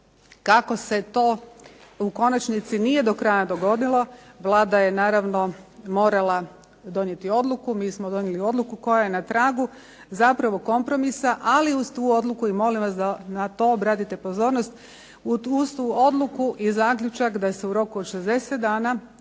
Kako se to u konačnici nije do kraja dogodilo, Vlada je naravno morala donijeti odluku. Mi smo donijeli odluku koja je na tragu zapravo kompromisa, ali uz tu odluku i molim vas da na to obratite pozornost, uz tu odluku i zaključak da se u roku od 60 dana